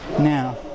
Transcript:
now